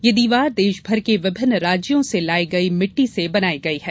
यह दीवार देशमर के विभिन्न राज्यों से लाई गई मिटटी से बनाई गई है